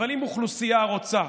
אבל אם אוכלוסייה רוצה,